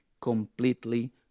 completely